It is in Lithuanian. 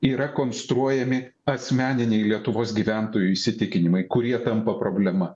yra konstruojami asmeniniai lietuvos gyventojų įsitikinimai kurie tampa problema